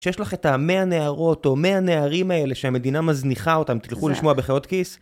כשיש לך את 100 הנערות או 100 הנערים האלה שהמדינה מזניחה אותם, תלכו לשמוע בחיות כיס,